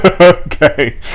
Okay